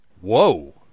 Whoa